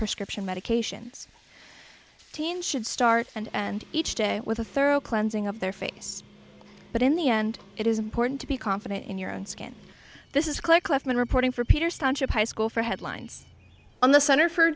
prescription medications should start and end each day with a thorough cleansing of their face but in the end it is important to be confident in your own skin this is claire cliff men reporting for peter stanch of high school for headlines on the center for